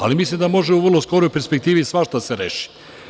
Ali, mislim da može u vrlo skoroj perspektivi svašta da se reši.